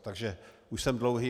Takže už jsem dlouhý.